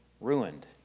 ruined